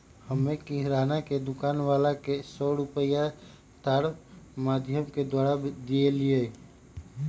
हम्मे किराना के दुकान वाला के सौ रुपईया तार माधियम के द्वारा देलीयी